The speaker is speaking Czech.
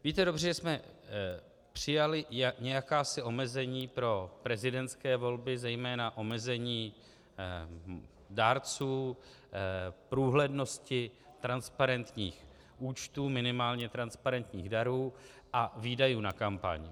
Víte dobře, že jsme přijali jakási omezení pro prezidentské volby, zejména omezení dárců, průhlednosti transparentních účtů, minimálně transparentních darů a výdajů na kampaň.